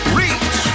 reach